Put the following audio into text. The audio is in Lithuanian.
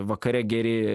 vakare geri